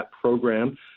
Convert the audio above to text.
program